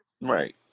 Right